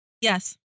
Yes